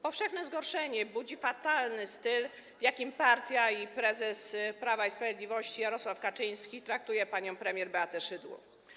Powszechne zgorszenie budzi fatalny styl, w jakim partia, prezes Prawa i Sprawiedliwości Jarosław Kaczyński traktuje panią premier Beatę Szydło.